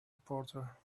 reporter